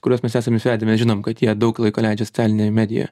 kuriuos mes esam įsivedę mes žinom kad jie daug laiko leidžia socialinėje medijoje